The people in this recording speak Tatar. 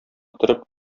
торып